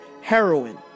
Heroin